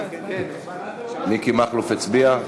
מיקי מכלוף הצביע?